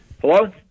Hello